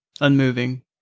unmoving